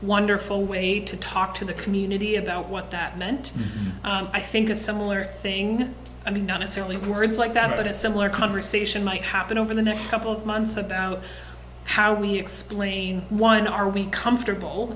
wonderful way to talk to the community about what that meant i think a similar thing i mean not necessarily with words like that but a similar conversation might happen over the next couple of months about how do we explain why are we comfortable